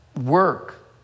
work